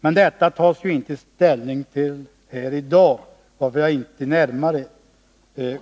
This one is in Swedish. Men detta tar vi inte ställning till här i dag, varför jag inte närmare